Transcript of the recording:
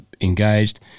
engaged